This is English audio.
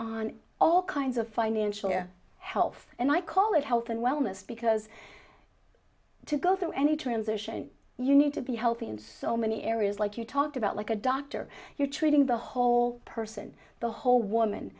on all kinds of financial health and i call it health and wellness because to go through any transition you need to be healthy in so many areas like you talked about like a doctor you're treating the whole person the whole woman